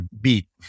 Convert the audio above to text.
beat